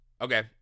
Okay